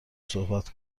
صحبت